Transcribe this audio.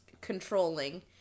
controlling